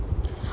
mmhmm